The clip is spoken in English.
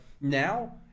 now